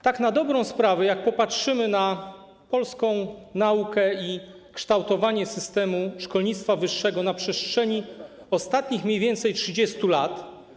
Tak na dobrą sprawę jeśli popatrzymy na polską naukę i kształtowanie się systemu szkolnictwa wyższego na przestrzeni ostatnich mniej więcej 30 lat.